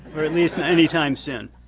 or at least any time soon.